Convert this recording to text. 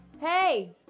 Hey